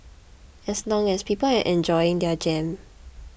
as long as people are enjoying their jam